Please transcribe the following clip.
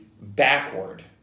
backward